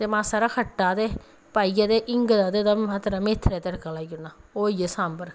ते मासा हारा खट्टा ते पाइयै ते हिङ दा ते मित्थरेआं दा तड़का लाई ओड़ना ओह् होई गेआ सांबर